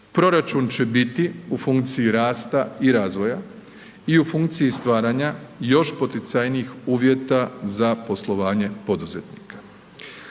proračun će biti u funkciji rasta i razvoja i u funkciji stvaranja još poticajnijih uvjeta za poslovanje poduzetnika,